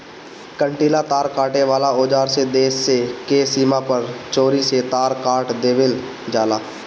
कंटीला तार काटे वाला औज़ार से देश स के सीमा पर चोरी से तार काट देवेल जाला